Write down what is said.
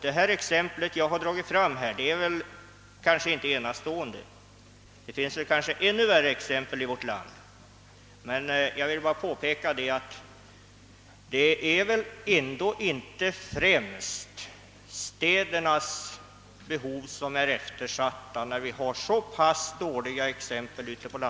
Det exempel jag har anfört är kanske inte enastående, det finns möjligen exempel på ännu värre förhållanden. Men det visar, anser jag, att det inte främst är städernas behov som är eftersatta.